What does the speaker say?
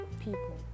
people